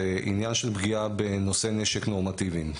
העניין של פגיעה בנושאי נשק נורמטיביים.